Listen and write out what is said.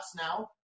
now